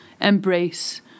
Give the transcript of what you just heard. embrace